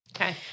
Okay